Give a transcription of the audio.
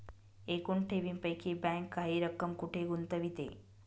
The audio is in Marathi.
एकूण ठेवींपैकी बँक काही रक्कम कुठे गुंतविते?